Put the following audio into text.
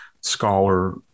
scholar